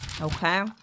Okay